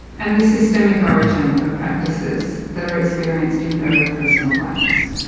and the systemic origin of practices that are experienced in very personal ways.